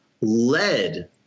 led—